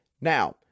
now